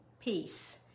peace